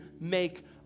make